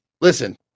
listen